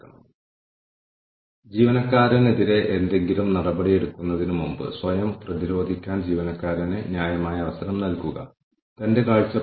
അതിനാൽ വിഭവങ്ങൾ പ്രത്യേകിച്ച് മാനവവിഭവശേഷി ഏറ്റെടുക്കുന്നതിനുള്ള മുഴുവൻ പ്രക്രിയയും നമ്മൾ വിലയിരുത്തുന്നു